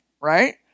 right